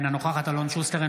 אינה נוכחת אלון שוסטר,